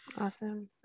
Awesome